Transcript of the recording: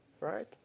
right